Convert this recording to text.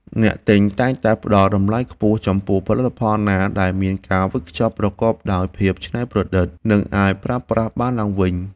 អ្នកទិញតែងតែផ្តល់តម្លៃខ្ពស់ចំពោះផលិតផលណាដែលមានការវេចខ្ចប់ប្រកបដោយភាពច្នៃប្រឌិត និងអាចប្រើប្រាស់ឡើងវិញបាន។